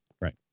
Right